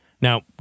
Now